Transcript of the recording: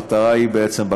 לכן, המטרה בקרן,